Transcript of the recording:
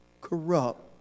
corrupt